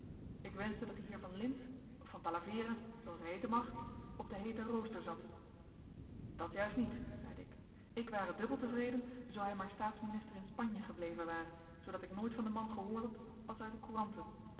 ik wenschte dat die heer van lintz of van talavera zooals hij heeten mag op den heeten rooster zat dat juist niet zeide ik ik ware dubbel tevreden zoo hij maar staatsminister in spanje gebleven ware zoodat ik nooit van den man gehoord had als uit de couranten